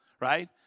right